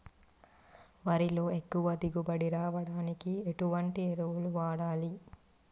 వరిలో ఎక్కువ దిగుబడి రావడానికి ఎటువంటి ఎరువులు వాడాలి?